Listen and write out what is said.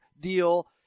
deal